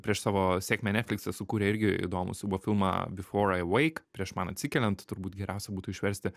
prieš savo sėkmę netflikse sukūrė irgi įdomų siaubo filmą before i wake prieš man atsikeliant turbūt geriausia būtų išversti